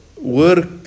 work